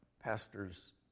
pastor's